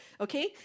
okay